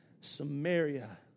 Samaria